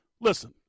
listen